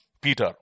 Peter